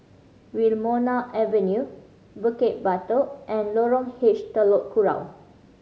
Wilmonar Avenue Bukit Batok and Lorong H Telok Kurau